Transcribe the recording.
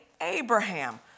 Abraham